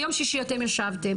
ביום שישי אתם ישבתם,